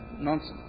nonsense